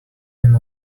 and